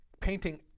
painting